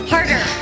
Harder